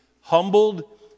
humbled